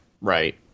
right